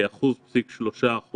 כ-1.3%